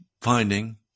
finding